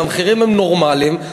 והמחירים הם נורמליים,